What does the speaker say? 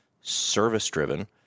service-driven